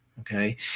Okay